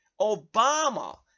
obama